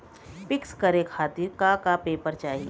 पिक्कस करे खातिर का का पेपर चाही?